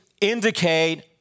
indicate